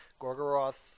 Gorgoroth